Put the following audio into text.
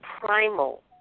primal